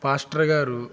pastor గారు